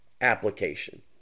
application